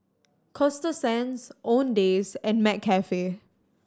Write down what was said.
Coasta Sands Owndays and McCafe